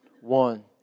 one